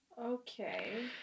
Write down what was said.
Okay